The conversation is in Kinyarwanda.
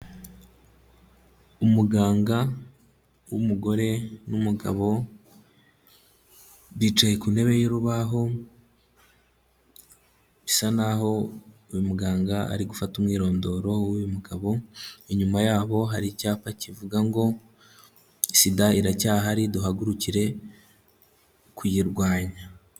Umuganga w'umugore n'umugabo bicaye ku ntebe y'urubaho, bisa naho uyu muganga ari gufata umwirondoro w'uyu mugabo, inyuma yabo hari icyapa kivuga ngo: "sida iracyahari duhagurukire kuyirwanya".